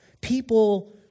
People